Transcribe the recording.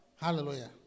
Hallelujah